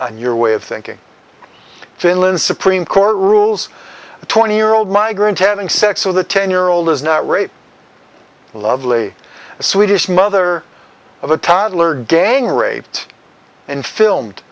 your way of thinking finland supreme court rules a twenty year old migrant having sex with a ten year old is not rape the lovely swedish mother of a toddler gang raped and filmed